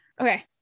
okay